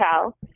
tell